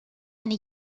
eine